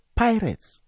pirates